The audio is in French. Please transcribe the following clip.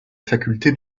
faculté